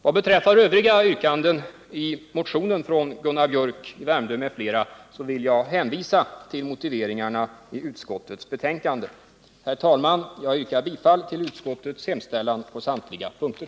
Vad beträffar övriga yrkanden i motionen från Gunnar Biörck i Värmdö m.fl. vill jag hänvisa till motiveringarna i utskottets betänkande. Herr talman! Jag yrkar bifall till utskottets hemställan på samtliga punkter.